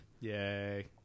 Yay